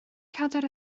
cadair